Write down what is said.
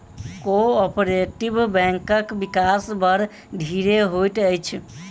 cooperative बैंकक विकास बड़ धीरे होइत अछि